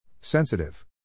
Sensitive